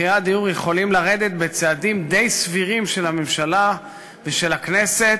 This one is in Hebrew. מחירי הדיור יכולים לרדת בצעדים די סבירים של הממשלה ושל הכנסת,